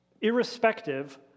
irrespective